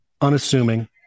unassuming